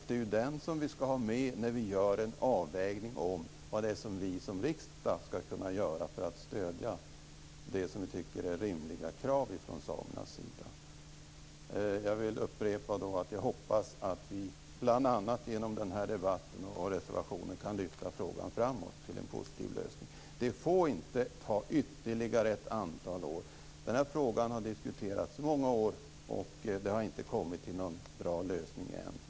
Det är den som vi skall ha med om vi gör en avvägning av vad riksdagen skall kunna göra för att kunna stödja det som vi tycker är rimliga krav från samernas sida. Jag vill upprepa att jag hoppas att vi bl.a. genom den här debatten och reservationen kan lyfta frågan framåt till en positiv lösning. Det får inte ta ytterligare ett antal år. Den här frågan har diskuteras många år, och vi har inte kommit till någon bra lösning än.